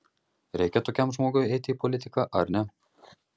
reikia tokiam žmogui eiti į politiką ar ne